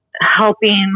helping